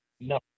No